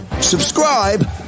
Subscribe